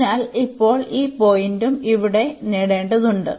അതിനാൽ ഇപ്പോൾ ഈ പോയിന്റും ഇവിടെ നേടേണ്ടതുണ്ട്